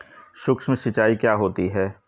सुक्ष्म सिंचाई क्या होती है?